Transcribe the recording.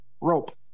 rope